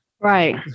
Right